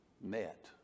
met